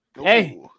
Hey